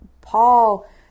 Paul